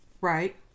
Right